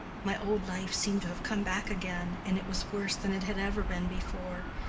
my old life seemed to have come back again, and it was worse than it had ever been before.